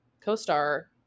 co-star